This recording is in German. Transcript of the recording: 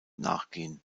nachgehen